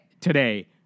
today